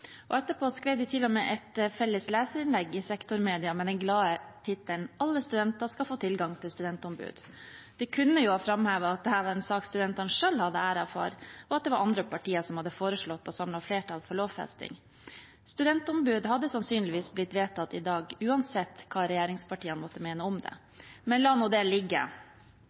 Etterpå skrev de til og med et felles leserinnlegg i Khrono med den glade tittelen «Alle studenter skal få tilgang på studentombud». De kunne jo ha framhevet at dette var en sak som studentene selv hadde æren for, og at det var andre partier som hadde foreslått og samlet flertall for lovfesting. Studentombud hadde sannsynligvis blitt vedtatt i dag, uansett hva regjeringspartiene måtte mene om det. Men la nå det ligge.